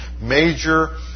major